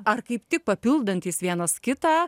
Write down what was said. ar kaip tik papildantys vienas kitą